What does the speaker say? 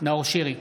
נאור שירי,